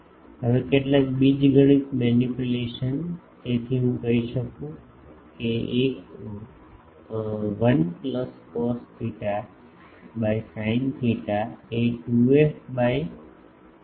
હવે કેટલાક બીજગણિત મેનીપ્યુલેશન તેથી હું કહી શકું છું 1 plus cos theta by sine theta એ 2f બાય ρ બાય છે